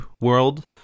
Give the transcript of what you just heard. world